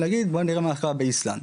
מה כוונתך לנואש?